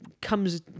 comes